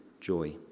joy